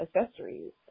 accessories